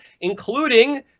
including